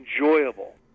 enjoyable